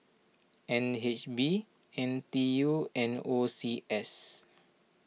N H B N T U and O C S